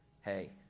hey